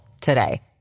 today